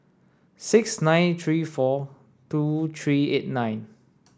six nine three four two three eight nine